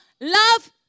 love